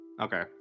Okay